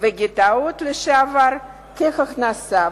וגטאות לשעבר כהכנסה,